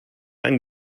ein